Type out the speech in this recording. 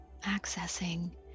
accessing